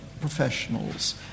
professionals